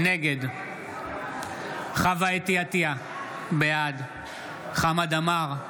נגד חוה אתי עטייה, בעד חמד עמאר,